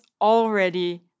already